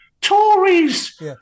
tories